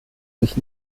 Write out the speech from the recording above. sich